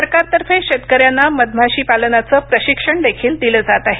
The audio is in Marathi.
सरकारतर्फे शेतकऱ्यांना मधमाशी पालनाचं प्रशिक्षण देखील दिलं जात आहे